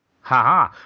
Haha